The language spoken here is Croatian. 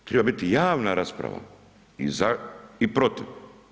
Treba biti javna rasprava i za i protiv.